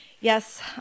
Yes